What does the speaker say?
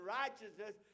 righteousness